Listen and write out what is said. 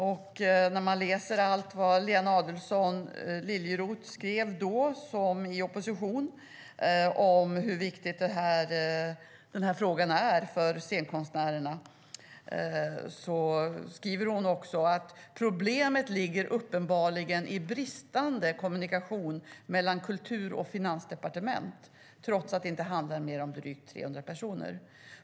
Man kan läsa att Lena Adelsohn Liljeroth i opposition skriver att den här frågan är så viktig för scenkonstnärerna. Hon skriver också: "Problemet ligger uppenbarligen i bristande kommunikation mellan Kultur och Finansdepartementen, trots att det inte handlar om mer än drygt 300 personer.